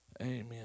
Amen